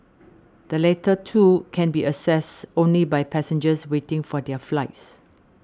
the latter two can be accessed only by passengers waiting for their flights